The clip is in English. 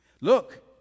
Look